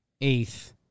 eighth